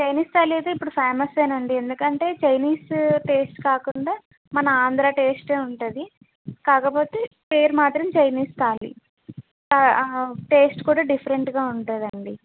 Chinese తాళి అయితే ఇప్పుడు ఫ్యామసేనండి ఎందుకంటే చైనీస్ టేస్ట్ కాకుండా మన ఆంధ్ర టేస్టీ ఉంటుంది కాకపోతే పేరు మాత్రం చైనీస్ తాళి టేస్ట్ కూడా డిఫరెంట్గా ఉంటుందండి